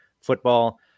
football